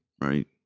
right